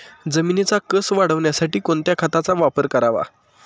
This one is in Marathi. जमिनीचा कसं वाढवण्यासाठी कोणत्या खताचा वापर करावा?